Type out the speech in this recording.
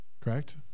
correct